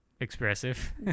expressive